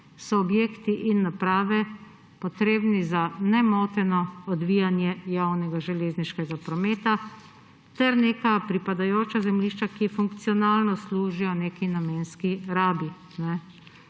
so objekti in naprave, potrebni za nemoteno odvijanje javnega železniškega prometa, ter neka pripadajoča zemljišča, ki funkcionalno služijo neki namenski rabi.